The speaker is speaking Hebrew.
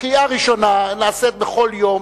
קריאה ראשונה נעשית בכל יום.